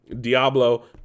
Diablo